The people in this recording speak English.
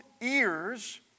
ears